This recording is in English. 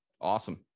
awesome